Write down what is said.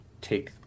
take